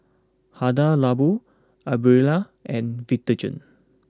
Hada Labo Aprilia and Vitagen